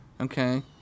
Okay